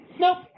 nope